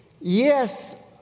Yes